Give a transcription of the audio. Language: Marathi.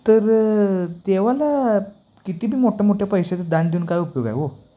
तर देवाला कितीबी मोठ्यामोठ्या पैशाचे दान देऊन काय उपयोग आहे हो